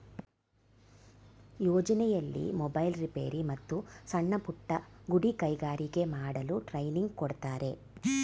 ಯೋಜನೆಯಲ್ಲಿ mobile repair, ಮತ್ತು ಸಣ್ಣಪುಟ್ಟ ಗುಡಿ ಕೈಗಾರಿಕೆ ಮಾಡಲು ಟ್ರೈನಿಂಗ್ ಕೊಡ್ತಾರೆ